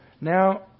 now